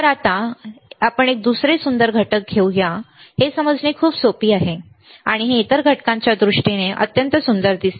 तर आता आपण दुसरे एक सुंदर घटक घेऊया हे समजणे खूप सोपे आहे आणि हे इतर घटकांच्या दृष्टीने अत्यंत सुंदर दिसते